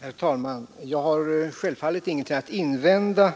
Herr talman! Jag har självfallet ingenting att invända